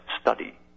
study